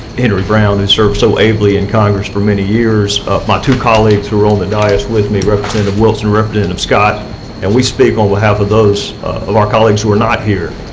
henry brown, who served so ably in congress for many years my two colleagues who are on the dais with me, representative wilson, representative scott and we speak on behalf of those of our colleagues who are not here.